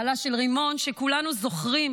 בעלה של רימון, שכולנו זוכרים